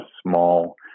small